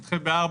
נדחה בארבע.